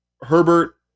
Herbert